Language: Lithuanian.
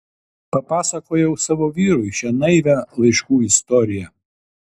papasakojau savo vyrui šią naivią laiškų istoriją